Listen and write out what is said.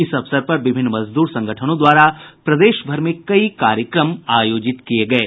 इस अवसर पर विभिन्न मजदूर संगठनों द्वारा प्रदेश भर में कई कार्यक्रम आयोजित किये गये